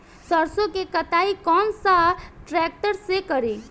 सरसों के कटाई कौन सा ट्रैक्टर से करी?